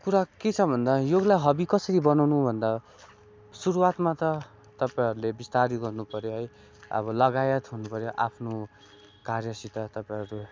कुरा के छ भन्दा योगलाई कसरी हबी बनाउनु भन्दा सुरुवातमा त तपाईँहरूले बिस्तारी गर्नु पर्यो है अब लगायत हुनु पर्यो आफ्नो कार्यसित तपाईँहरू